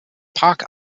park